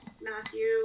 Matthew